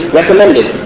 recommended